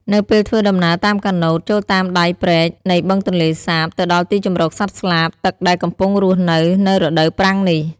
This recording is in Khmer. នៅពេលធ្វើដំណើរតាមកាណូត ចូលតាមដៃព្រែកនៃបឹងទន្លេសាប ទៅដល់ទីជម្រកសត្វស្លាបទឹកដែលកំពុងរស់នៅ នៅរដូវប្រាំងនេះ។